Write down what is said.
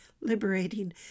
liberating